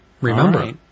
Remember